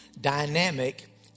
dynamic